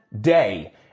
day